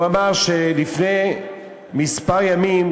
הוא אמר שלפני כמה ימים,